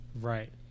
Right